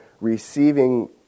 receiving